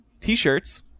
t-shirts